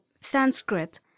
Sanskrit